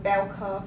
bell curve